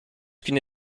qu’une